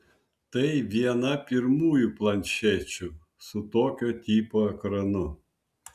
tai viena pirmųjų planšečių su tokio tipo ekranu